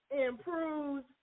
improves